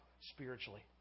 spiritually